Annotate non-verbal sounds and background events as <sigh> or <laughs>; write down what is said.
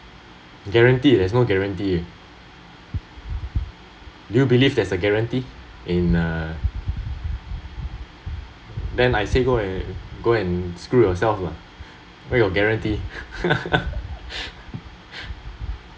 guarantee there is no guarantee you believe there's a guarantee in uh then I say go and go and screw yourself lah where your guarantee <laughs>